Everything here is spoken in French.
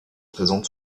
présente